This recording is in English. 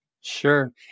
Sure